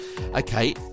okay